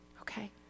Okay